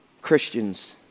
Christians